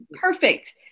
Perfect